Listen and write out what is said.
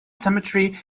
cemetery